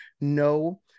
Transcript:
no